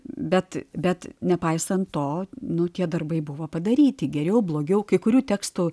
bet bet nepaisant to nu tie darbai buvo padaryti geriau blogiau kai kurių tekstų